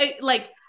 like-